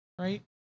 right